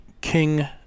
king